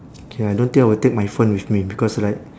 K I don't think I will take my phone with me because like